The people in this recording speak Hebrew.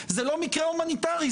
זה לא מקרה הומניטרי,